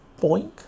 Boink